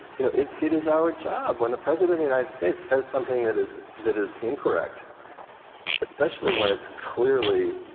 you know, it's, it is our job when the president of the united states says something that is, that is incorrect especially when it's clearly,